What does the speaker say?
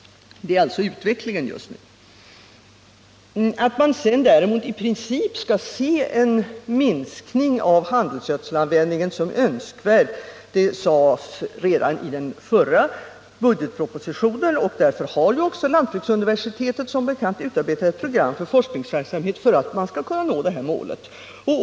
Sådan är alltså utvecklingen just nu. Att man däremot i princip skall se en minskning av handelsgödselmedlens användning som önskvärd sades redan i den förra budgetpropositionen. Därför har också lantbruksuniversitetet som bekant utarbetat ett program för forskningsverksamhet för att kunna nå detta mål.